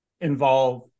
involve